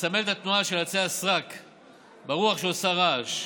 מסמל את התנועה של עצי הסרק ברוח, שעושה רעש,